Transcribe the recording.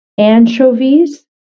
Anchovies